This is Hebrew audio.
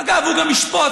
אגב, הוא גם ישפוט.